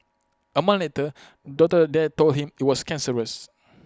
A month later doctors there told him IT was cancerous